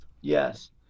Yes